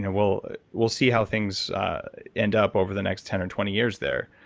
ah we'll we'll see how things end up over the next ten and twenty years there.